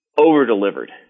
over-delivered